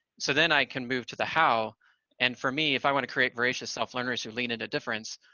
so then i can move to the how and, for me, if i want to create voracious self-learners who lean it a difference,